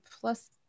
plus